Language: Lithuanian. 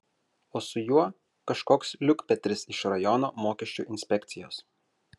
o su juo kažkoks liukpetris iš rajono mokesčių inspekcijos